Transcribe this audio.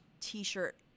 T-shirt